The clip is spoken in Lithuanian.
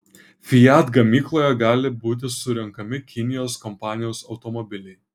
fiat gamykloje gali būti surenkami kinijos kompanijos automobiliai